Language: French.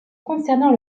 concernant